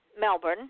melbourne